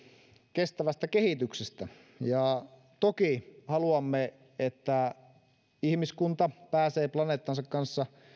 kestävästä kehityksestä ja toki haluamme että ihmiskunta pääsee planeettansa kanssa